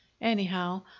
Anyhow